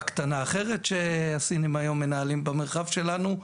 קטנה אחרת שהסינים היום מנהלים במרחב שלנו,